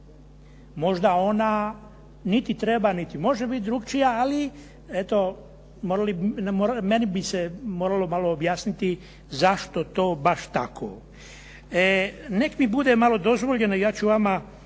Možda ona niti treba niti može biti drukčija, ali eto, meni bi se moralo malo objasniti zašto to baš tako? Nek mi bude malo dozvoljeno, ja ću vama